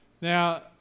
Now